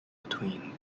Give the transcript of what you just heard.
between